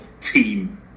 team